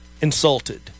insulted